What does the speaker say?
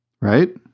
Right